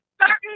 certain